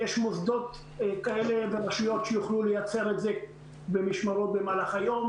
יש מוסדות כאלה ורשויות שיוכלו לייצר את זה במשמרות במהלך היום,